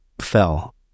fell